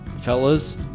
Fellas